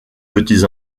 petits